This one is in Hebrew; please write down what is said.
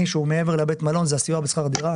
שהוא מעבר לבית מלון וזה הסיוע בשכר דירה.